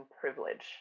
privilege